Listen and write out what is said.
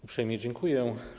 Uprzejmie dziękuję.